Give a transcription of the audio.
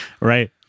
right